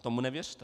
Tomu nevěřte.